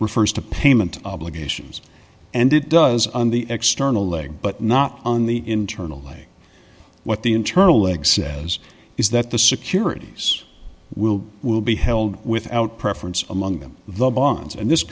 refers to payment obligations and it does on the external leg but not on the internal like what the internal exec as is that the securities will will be held without preference among them the bonds and this